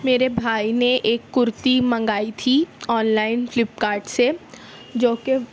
میرے بھائی نے ایک کُرتی منگائی تھی آن لائن فلپکارٹ سے جوکہ